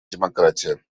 демократия